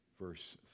verse